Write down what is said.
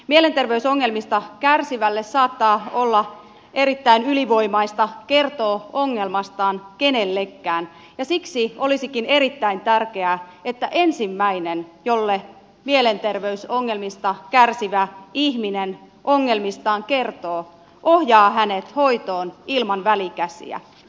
mielenterveysongelmista kärsivälle saattaa olla erittäin ylivoimaista kertoa ongelmastaan kenellekään ja siksi olisikin erittäin tärkeää että ensimmäinen jolle mielenterveysongelmista kärsivä ihminen ongelmistaan kertoo ohjaa hänet hoitoon ilman välikäsiä